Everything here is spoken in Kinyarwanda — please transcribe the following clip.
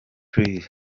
plus